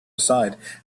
aside